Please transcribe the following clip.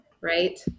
Right